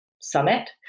summit